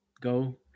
go